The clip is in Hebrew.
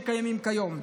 שקיימים כיום.